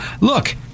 look